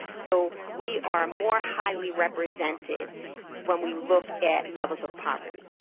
so we are more highly represented when we look at levels of poverty.